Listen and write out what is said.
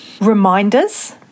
Reminders